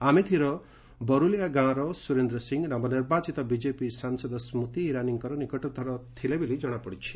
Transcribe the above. ଆମେଥିର ବରୌଲିୟା ଗାଁର ସୁରେନ୍ଦ୍ର ସିଂ ନବନିର୍ବାଚିତ ବିକେପି ସାଂସଦ ସ୍କୃତି ଇରାନୀଙ୍କର ନିକଟତର ଥିଲେ ବୋଲି ଜଣାପଡ଼ିଛି